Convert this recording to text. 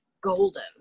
golden